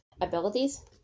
abilities